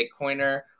Bitcoiner